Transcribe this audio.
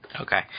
Okay